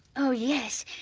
oh yes,